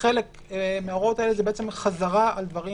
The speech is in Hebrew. חלק מההוראות האלה זה חזרה על דברים